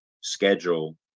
schedule